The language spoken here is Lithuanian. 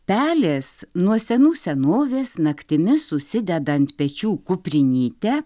pelės nuo senų senovės naktimis užsideda ant pečių kuprinytę